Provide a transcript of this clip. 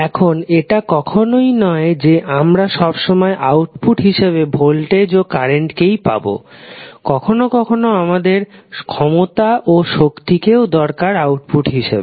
এখন এটা কখনই নয় যে আমরা সবসময় আউটপুট হিসাবে ভোল্টেজ ও কারেন্ট কেই পাবো কখনও কখনও আমাদের ক্ষমতা ও শক্তি কেও দরকার আউটপুট হিসাবে